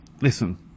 Listen